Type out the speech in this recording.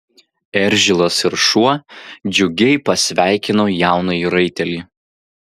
eržilas ir šuo džiugiai pasveikino jaunąjį raitelį